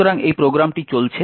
সুতরাং এই প্রোগ্রামটি চলছে